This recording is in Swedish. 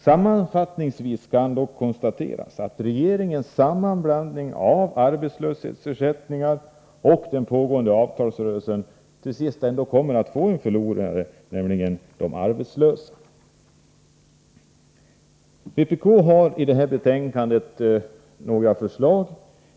Sammanfattningsvis kan dock konstateras att regeringens sammanblandning av arbetslöshetsersättningar och den pågående avtalsrörelsen till sist ändå kommer att få en förlorare, nämligen de arbetslösa. Från vpk har vi, det framgår av betänkandet, lagt fram några förslag.